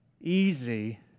easy